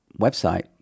website